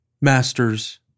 Masters